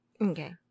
Okay